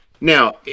now